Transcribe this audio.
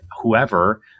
whoever